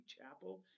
Chapel